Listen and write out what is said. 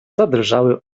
zadrżały